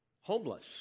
homeless